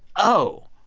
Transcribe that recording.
oh,